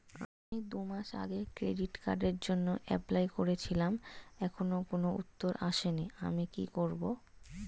আমি দুমাস আগে ক্রেডিট কার্ডের জন্যে এপ্লাই করেছিলাম এখনো কোনো উত্তর আসেনি আমি কি করব?